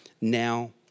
now